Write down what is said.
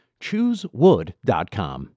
Choosewood.com